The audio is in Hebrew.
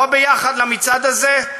בוא למצעד הזה,